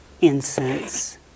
incense